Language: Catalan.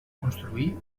construir